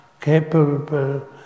capable